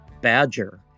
badger